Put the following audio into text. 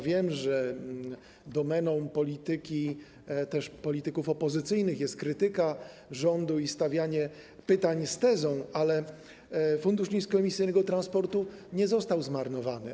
Wiem, że domeną polityki, polityków opozycyjnych jest krytyka rządu i stawianie pytań z tezą, ale Fundusz Niskoemisyjnego Transportu nie został zmarnowany.